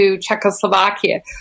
Czechoslovakia